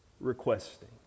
requesting